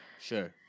Sure